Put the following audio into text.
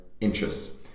interests